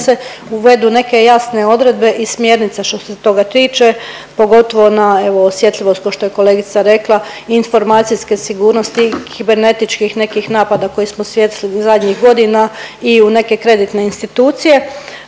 uvedu neke jasne odredbe i smjernice što se toga tiče pogotovo na evo osjetljivost ko što je kolegica rekla informacijske sigurnosti i kibernetičkih nekih napada kojih smo …/Govornica se ne razumije./… zadnji godina i u neke kreditne institucije.